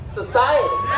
society